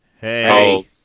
hey